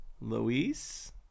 Louise